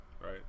Right